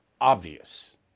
obvious